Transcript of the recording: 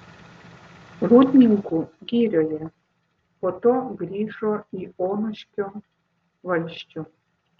rūdninkų girioje po to grįžo į onuškio valsčių